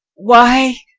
why,